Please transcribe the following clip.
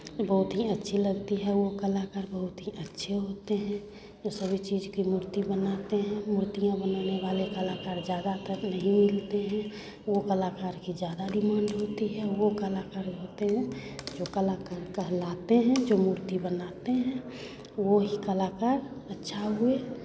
बहुत ही अच्छी लगती है वो कलाकार बहुत ही अच्छे होते हैं जो सभी चीज़ की मूर्ति बनाते हैं मूर्तियाँ बनाने वाले कलाकार ज़्यादातर नहीं मिलते हैं वो कलाकार की ज़्यादा डिमांड होती है वो कलाकार होते हैं जो कलाकार कहलाते हैं जो मूर्ति बनाते हैं वो ही कलाकार अच्छा हुए